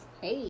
Hey